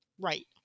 Right